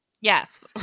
yes